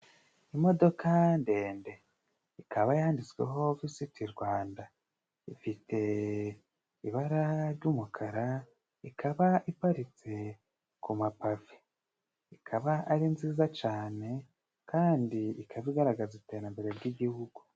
Imodoka ndende ikaba yanditsweho Vuziti Rwanda, ifite ibara ry'umukara, ikaba iparitse ku mapafe, ikaba ari nziza cane kandi ikaba igaragaza iterambere ry'igihugu.